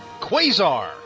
Quasar